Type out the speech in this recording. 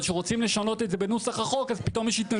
אבל כשרוצים לשנות את זה בנוסח החוק אז פתאום יש התנגדות.